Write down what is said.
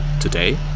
today